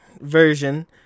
version